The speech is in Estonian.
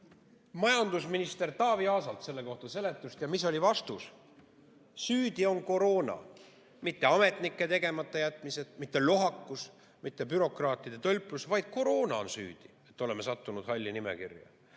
majandusminister Taavi Aasalt selle kohta seletust. Ja mis oli vastus? Süüdi on koroona, mitte ametnike tegematajätmised, mitte lohakus, mitte bürokraatide tölplus, vaid koroona on süüdi, et oleme sattunud halli nimekirja.